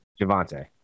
javante